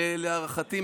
להערכתי,